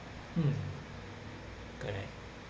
mm correct